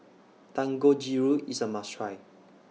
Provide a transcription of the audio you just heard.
Dangojiru IS A must Try